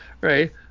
right